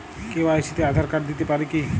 KYC তে Aadhaar card দিতে পারি কি?